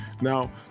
Now